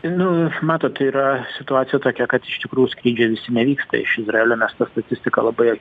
nu matot yra situacija tokia kad iš tikrųjų skrydžiai visi nevyksta iš izraelio mes tą statistiką labai